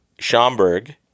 Schomburg